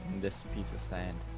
this piece of sand,